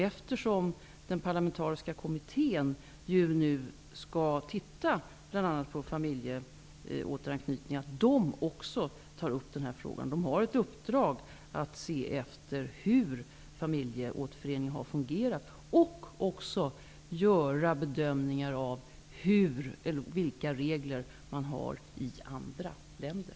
Eftersom den parlamentariska kommittén skall se på bl.a. familjeåteranknytning, utgår jag ifrån att man tar upp denna fråga. Kommittén har i uppdrag att undersöka hur familjeåterförening har fungerat och också se på reglerna i andra länder.